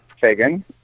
fagan